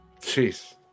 Jeez